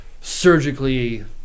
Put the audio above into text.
surgically